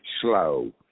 slow